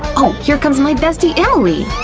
oh, here comes my bestie, emily!